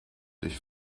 durch